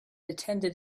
attended